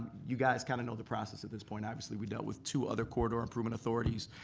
you guys kind of know the process at this point. obviously we've dealt with two other corridor improvement authorities.